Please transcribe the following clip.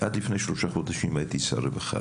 עד לפני שלושה חודשים הייתי שר רווחה.